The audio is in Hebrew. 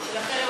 ובכן,